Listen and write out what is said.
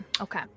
Okay